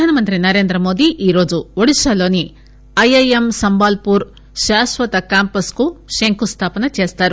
ప్రధానమంత్రి నరేంద్రమోదీ ఈ రోజు ఒడిషాలోని ఐ ఐ ఎం సంబాల్పూర్ శాశ్వత క్యాంపస్కు శంకుస్థాపన చేస్తారు